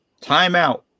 timeout